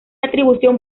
atribución